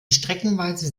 streckenweise